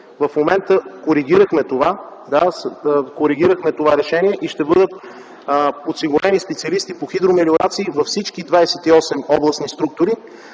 В момента коригирахме това решение. Ще бъдат подсигурени специалисти по хидромелиорации във всички 28 областни структури,